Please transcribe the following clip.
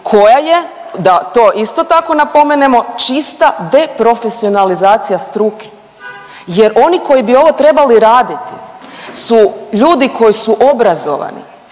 koja je, da to isto tako napomenemo, čista deprofesionalizacija struke jer oni koji bi ovo trebali raditi su ljudi koji su obrazovani,